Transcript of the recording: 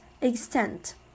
extent